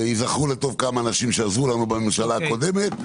וייזכרו לטוב כמה אנשים שעזרו לנו בממשלה הקודמת.